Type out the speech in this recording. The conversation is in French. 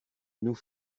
nous